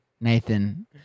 Nathan